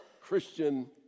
Christian